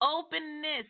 openness